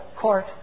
court